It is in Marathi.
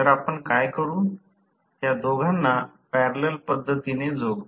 तर आपण काय करू त्या दोघांना पॅरलल पद्धतीने जोडू